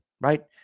right